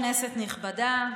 כנסת נכבדה,